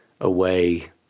away